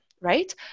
right